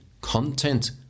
content